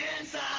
inside